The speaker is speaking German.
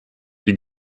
die